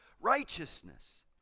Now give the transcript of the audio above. righteousness